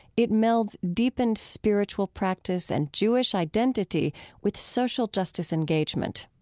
it melds deepened spiritual practice and jewish identity with social justice engagement.